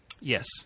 Yes